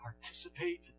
participate